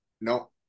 No